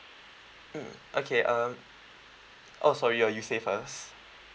mm okay um oh sorry your you say first